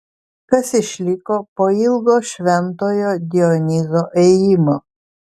kas išliko po ilgo šventojo dionizo ėjimo